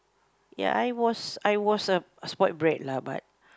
ya I was I was a spoiled brat lah but